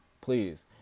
Please